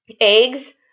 Eggs